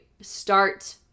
start